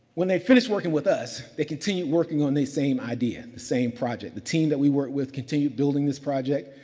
when they finished working with us, they continued working on the same idea, and the same project. the team that we worked with continued building this project.